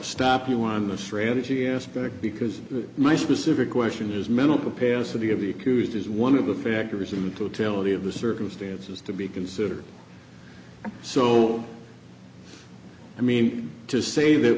stop you on the strategy aspect because my specific question is mental capacity of the accused is one of the factors in totality of the circumstances to be considered so i mean to say that